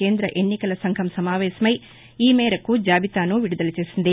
కేంద్ర ఎన్నికల సంఘం సమావేశమై ఈ మేరకు జాబితాను విడుదలచేసింది